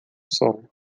sol